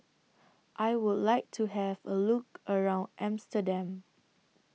I Would like to Have A Look around Amsterdam